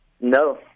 No